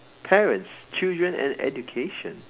parents children and education